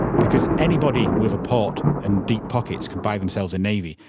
because anybody with a port and deep pockets can buy themselves a navy,